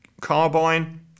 Carbine